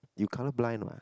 you colourblind what